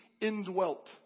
indwelt